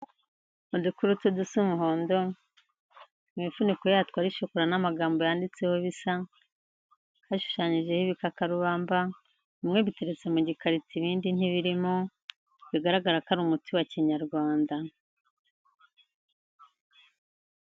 Udukurutu dusa umuhondo, imifuniko yatwo ari shokora n'amagambo yanditseho bisa, hashushanyijeho ibikakarubamba, bimwe duteretse mu gikarito ibindi ntibirimo, bigaragara ko ari umuti wa kinyarwanda.